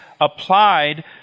applied